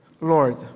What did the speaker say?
Lord